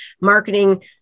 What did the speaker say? marketing